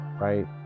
right